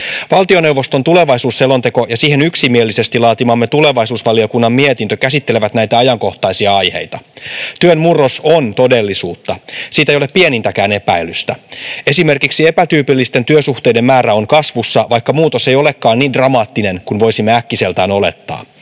Valtioneuvoston tulevaisuusselonteko ja siihen yksimielisesti laatimamme tulevaisuusvaliokunnan mietintö käsittelevät näitä ajankohtaisia aiheita. Työn murros on todellisuutta. Siitä ei ole pienintäkään epäilystä. Esimerkiksi epätyypillisten työsuhteiden määrä on kasvussa, vaikka muutos ei olekaan niin dramaattinen kuin voisimme äkkiseltään olettaa.